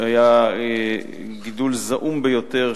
היה גידול זעום ביותר,